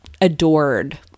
adored